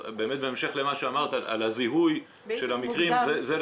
אז באמת בהמשך למה שאמרת על הזיהוי של המקרים זו,